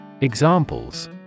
Examples